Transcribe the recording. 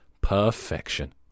Perfection